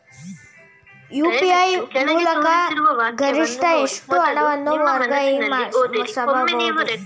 UPI ಮೂಲಕ ಗರಿಷ್ಠ ಎಷ್ಟು ಹಣವನ್ನು ವರ್ಗಾಯಿಸಬಹುದು?